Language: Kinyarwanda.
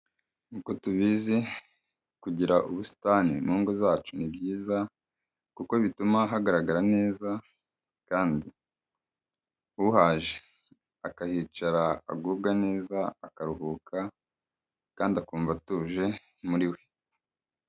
Nkuko tubizi kugira ubusitani mu ngo zacu ni byiza kuko bituma hagaragara neza kandi uhaje akahicara agubwa neza akaruhuka kandi akumva atuje muri we.